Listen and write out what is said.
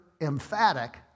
emphatic